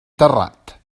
terrat